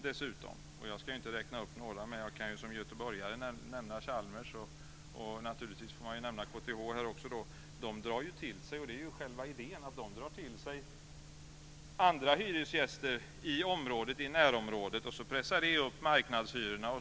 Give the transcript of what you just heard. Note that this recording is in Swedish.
Jag borde väl inte räkna upp några, men som göteborgare kan jag nämna Chalmers, och naturligtvis får man också nämna KTH. De drar ju till sig - och det är själva idén - andra hyresgäster i närområdet. Då pressar det upp marknadshyrorna.